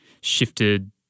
shifted